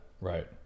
Right